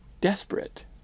desperate